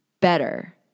better